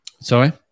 Sorry